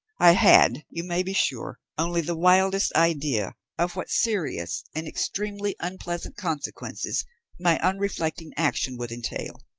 i had, you may be sure, only the wildest idea of what serious and extremely unpleasant consequences my unreflecting action would entail.